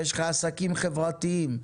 יש לך עסקים חברתיים,